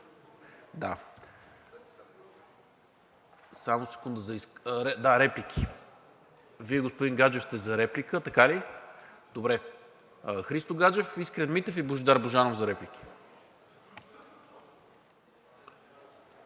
да изкаже становище. Реплики? Вие, господин Гаджев, сте за реплика, така ли? Христо Гаджев, Искрен Митев и Божидар Божанов за реплики.